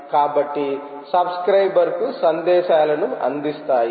కాబట్టి సబ్స్క్రయిబర్ కు సందేశాలను అందిస్తాయి